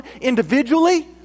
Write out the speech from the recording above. individually